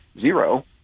zero